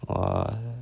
!wah!